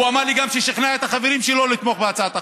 והוא אמר לי שהוא גם שכנע את החברים שלו לתמוך בהצעת החוק.